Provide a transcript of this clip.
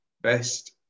Best